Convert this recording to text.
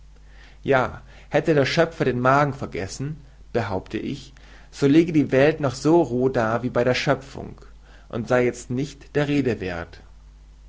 ja hätte der schöpfer den magen vergessen behaupte ich so läge die welt noch so roh da wie bei der schöpfung und sei jezt nicht der rede werth